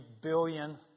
billion